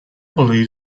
believe